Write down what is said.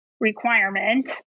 Requirement